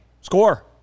score